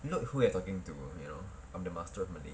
look who you're talking to you know I'm the master of malay